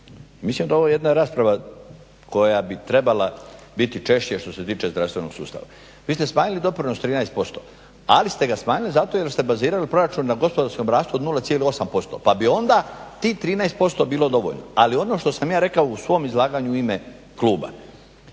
Mislim da je ovo jedna rasprava koja bi trebala biti češće što se tiče zdravstvenog sustava. Vi ste smanjili doprinos 13%, ali ste ga smanjili zato jer ste bazirali proračun na gospodarskom rastu od 0,8% pa bi onda tih 13% bilo dovoljno, ali ono što sam ja rekao u svom izlaganju u ime kluba.